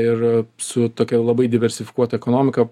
ir su tokia labai diversifikuota ekonomika